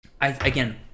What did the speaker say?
Again